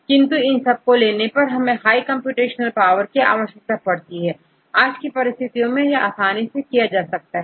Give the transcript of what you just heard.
किंतु इन सब को लेने पर हाई कंप्यूटेशनल पावर की आवश्यकता पड़ेगी आज की परिस्थितियों में यह आसानी से किया जा सकता है